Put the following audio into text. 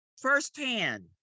firsthand